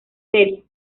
serie